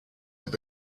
have